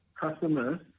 customers